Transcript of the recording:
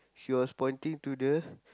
she was pointing to the